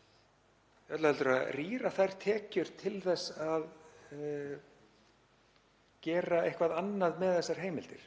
eða öllu heldur rýra þær tekjur til þess að gera eitthvað annað með þessar heimildir.